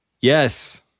Yes